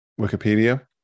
Wikipedia